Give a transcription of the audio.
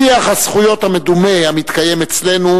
"שיח הזכויות" המדומה המתקיים אצלנו